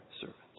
servants